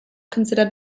considered